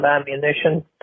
ammunition